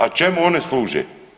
A čemu one služe?